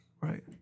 Right